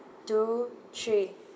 two three